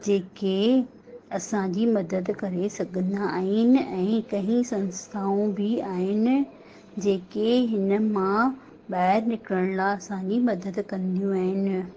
जेके असांजी मदद करे सघंदा आहिनि ऐं कई संस्थाऊं बि आहिनि जेके हिन मां ॿाहिरि निकिरण लाइ असांजी मदद कंदियूं आहिनि